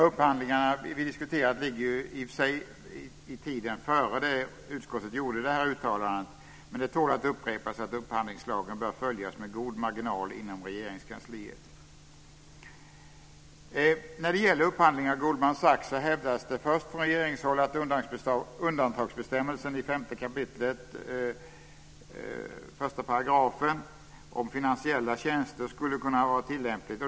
De upphandlingar vi diskuterar ligger i och för sig i tiden före det att utskottet gjorde det här uttalandet. Men det tål att upprepas att upphandlingslagen bör följas med god marginal inom Regeringskansliet. När det gäller upphandlingen av Goldman Sachs hävdas det först från regeringshåll att undantagsbestämmelsen i 5 kap. 1 § om finansiella tjänster skulle kunna ha varit tillämplig.